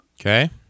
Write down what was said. Okay